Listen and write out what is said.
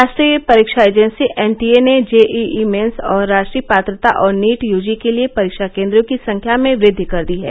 राष्ट्रीय परीक्षा agency NTA ने जेईई मेन्स और राष्ट्रीय पात्रता और नीट यूजी के लिए परीक्षा केन्द्रों की संख्या में वृद्वि कर दी है